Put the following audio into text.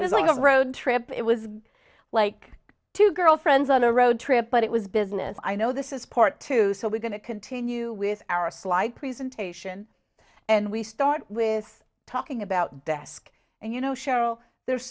was like a road trip it was like two girlfriends on a road trip but it was business i know this is part two so we're going to continue with our slide presentation and we start with talking about desk and you know sheryl there